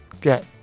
get